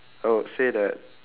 I would say that